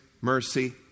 mercy